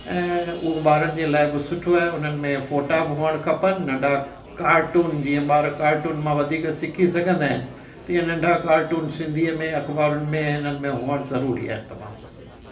ऐं उहा ॿारनि जे लाइ बि सुठो आहे उन्हनि में फ़ोटा बि हुअणु खपनि नंढा कार्टून जीअं ॿार कार्टून मां वधीक सिखी सघंदा आहिनि तीअं नंढा कार्टून सिंधीअ में अख़बारुनि में इन्हनि में हुअणु ज़रूरी आहे तमामु